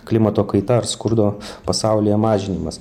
klimato kaita ar skurdo pasaulyje mažinimas